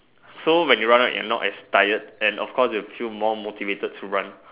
so when you run right you're not as tired and of course you feel more motivated to run